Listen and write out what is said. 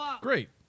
Great